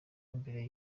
imbere